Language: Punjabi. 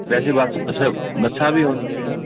ਵੈਸੇ ਬੱਸ ਬੱਸਾਂ ਬੱਸਾਂ ਵੀ ਆਉਂਦੀਆਂ ਹਾਂ